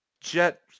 Jet